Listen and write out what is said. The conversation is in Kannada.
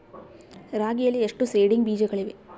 ರಾಗಿಯಲ್ಲಿ ಎಷ್ಟು ಸೇಡಿಂಗ್ ಬೇಜಗಳಿವೆ?